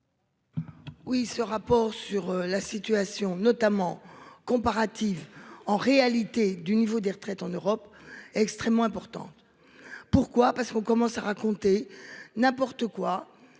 Oui, ce rapport sur la situation notamment comparative en réalité du niveau des retraites en Europe, extrêmement importante. Pourquoi, parce qu'on commence à raconter n'importe quoi.